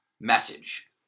message